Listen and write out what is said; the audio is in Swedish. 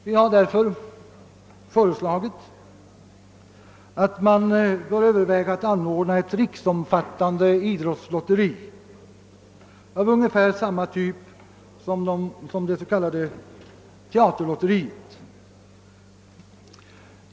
Vi har därför föreslagit att man skulle överväga att anordna ett riksomfattande idrottslotteri av ungefär samma typ som det s.k. teaterlotteriet.